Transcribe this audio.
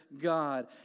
God